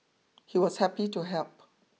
he was happy to help